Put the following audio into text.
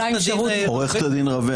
עם שירות המבחן --- עורכת הדין רווה,